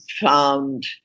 found